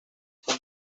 con